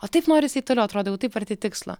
o taip norisi eit toliau atrodo jau taip arti tikslo